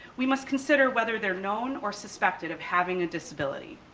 we must consider whether they're known or suspected of having a disability.